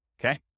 okay